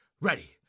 Ready